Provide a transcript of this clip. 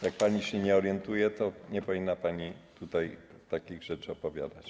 Jak pani się nie orientuje, to nie powinna pani takich rzeczy opowiadać.